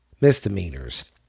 Misdemeanors